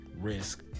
risk